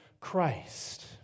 Christ